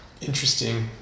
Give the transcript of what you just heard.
interesting